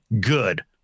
good